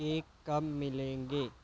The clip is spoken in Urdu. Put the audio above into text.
کیک کب ملیں گے